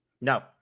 No